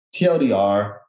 TLDR